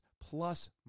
plus